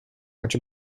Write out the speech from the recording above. much